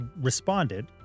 responded